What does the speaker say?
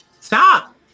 Stop